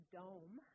dome